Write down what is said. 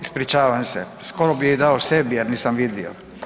Ispričavam se, skoro bi je i dao sebi jer nisam vidio.